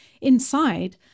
inside